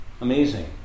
amazing